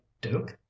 duke